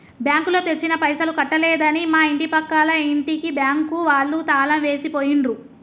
బ్యాంకులో తెచ్చిన పైసలు కట్టలేదని మా ఇంటి పక్కల ఇంటికి బ్యాంకు వాళ్ళు తాళం వేసి పోయిండ్రు